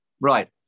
right